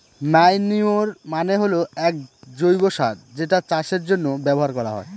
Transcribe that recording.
manure মানে হল এক জৈব সার যেটা চাষের জন্য ব্যবহার করা হয়